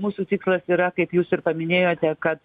mūsų tikslas yra kaip jūs ir paminėjote kad